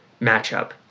matchup